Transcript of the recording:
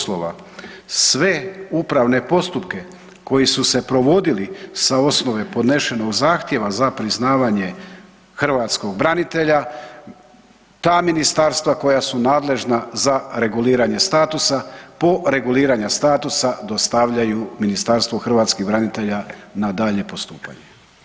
Sve upravne postupke koji su se provodili sa osnove podnešenog zahtjeva za priznavanje hrvatskog branitelja, ta ministarstva koja su nadležna za reguliranje statusa, po reguliranju statusa, dostavljaju Ministarstvu hrvatskih branitelja na daljnje postupanje.